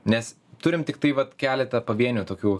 nes turim tiktai vat keletą pavienių tokių